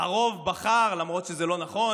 הרוב בחר, למרות שזה לא נכון.